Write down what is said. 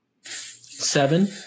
seven